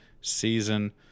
season